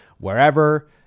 wherever